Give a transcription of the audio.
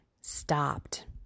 stopped